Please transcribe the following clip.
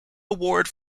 award